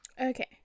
Okay